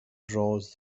draws